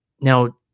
Now